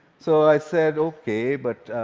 so i said okay, but